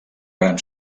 gran